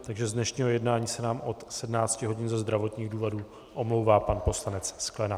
Z dnešního jednání se nám od 17 hodin ze zdravotních důvodů omlouvá pan poslanec Sklenák.